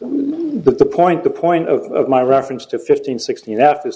but the point the point of my reference to fifteen sixteen t